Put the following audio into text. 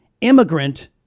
immigrant